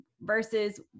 versus